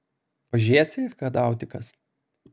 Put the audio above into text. pažėsi kada autikas